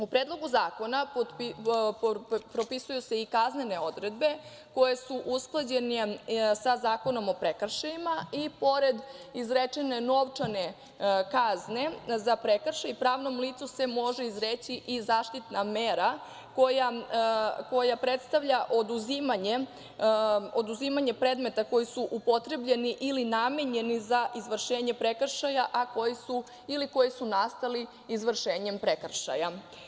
U Predlogu zakona propisuju se i kaznene odredbe, koje su usklađene sa Zakonom o prekršajima i pored izrečene novčane kazne za prekršaj, pravnom licu se može izreći i zaštitna mera koja predstavlja oduzimanje predmeta koji su upotrebljeni ili namenjeni za izvršenje prekršaja ili koji su nastali izvršenjem prekršaja.